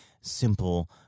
simple